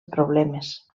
problemes